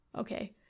okay